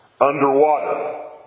Underwater